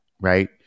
right